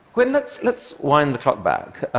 gwynne, let's let's wind the clock back.